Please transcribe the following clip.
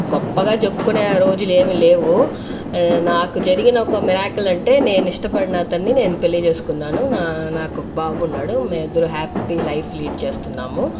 గొప్పగా చెప్పుకునే రోజులు ఏమీ లేవు నాకు జరిగిన ఒక మిరాకిల్ అంటే నేను ఇష్టపడిన అతన్నీ నేను పెళ్ళి చేసుకున్నాను నా నాకు బాబు ఉన్నాడు మేమిద్దరం హ్యాపీ లైఫ్ లీడ్ చేస్తున్నాము